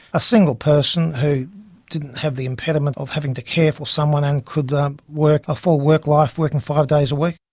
a single person who didn't have the impediment of having to care for someone and could work a full work life working five days a week.